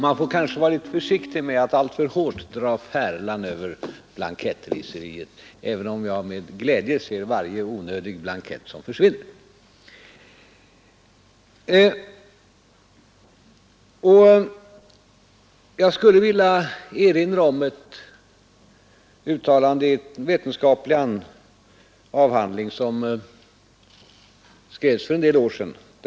Man får kanske vara litet försiktig med att alltför hårt svänga färlan över blankettraseriet, även om jag med glädje ser att varje onödig blankett försvinner. Jag skulle vilja erinra om ett uttalande i en vetenskaplig avhandling som skrevs för en del år sedan.